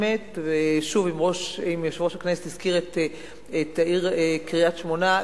ואם יושב-ראש הכנסת הזכיר את העיר קריית-שמונה,